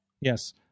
Yes